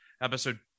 episode